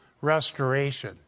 restoration